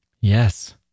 Yes